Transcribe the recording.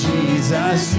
Jesus